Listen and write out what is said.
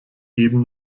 eben